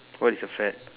what is a fad